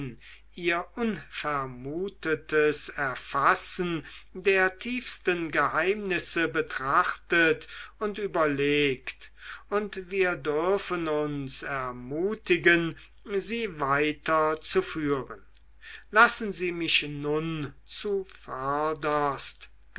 ihr unvermutetes erfassen der tiefsten geheimnisse betrachtet und überlegt und wir dürfen uns ermutigen sie weiterzuführen lassen sie mich nun zuvörderst